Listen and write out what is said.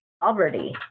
Poverty